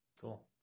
cool